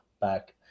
back